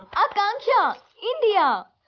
akansha! india.